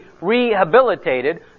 rehabilitated